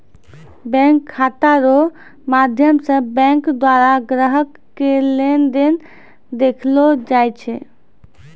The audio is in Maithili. बैंक खाता रो माध्यम से बैंक द्वारा ग्राहक के लेन देन देखैलो जाय छै